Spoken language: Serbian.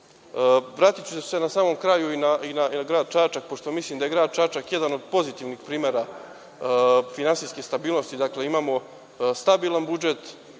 vratiću se na grad Čačak, pošto mislim da je grad Čačak jedan od pozitivnih primera finansijske stabilnosti. Dakle, imamo stabilan budžet,